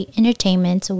entertainment